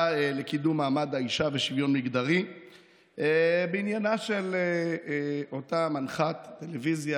לקידום מעמד האישה ושוויון מגדרי בעניינה של אותה מנחת טלוויזיה,